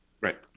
Right